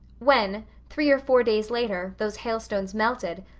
when, three or four days later, those hailstones melted,